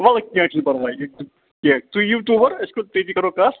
وَلہٕ کیٚنٛہہ چھُنہٕ پَرواے کیٚنٛہہ تُہۍ یِیِو تور أسۍ کَرو تٔتی کَرو کَتھ